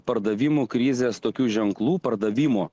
pardavimų krizės tokių ženklų pardavimo